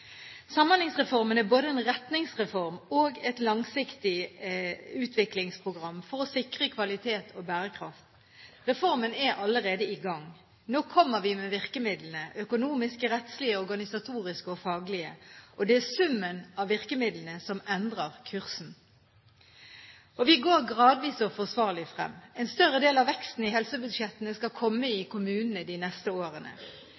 Samhandlingsreformen er både en retningsreform og et langsiktig utviklingsprogram for å sikre kvalitet og bærekraft. Reformen er allerede i gang. Nå kommer vi med virkemidlene: økonomiske, rettslige, organisatoriske og faglige. Det er summen av virkemidlene som endrer kursen, og vi går gradvis og forsvarlig frem. En større del av veksten i helsebudsjettene skal komme i kommunene de neste årene.